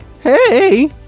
hey